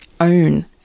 own